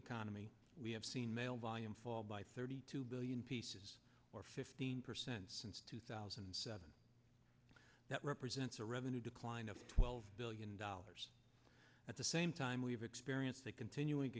economy we have seen mail volume fall by thirty two billion pieces or fifteen percent since two thousand and seven that represents a revenue decline of twelve billion dollars at the same time we've experienced a continuing